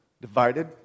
divided